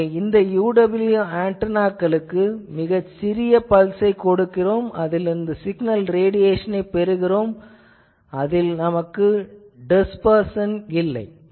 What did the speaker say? ஆகவே இந்த UWB ஆன்டெனாக்களுக்கு நாம் மிகச் சிறிய பல்ஸ் ஐக் கொடுக்கிறோம் அதிலிருந்து சிக்னல் ரேடியேசன் பெறுகிறோம் அதில் டிஸ்பெர்சன் இல்லை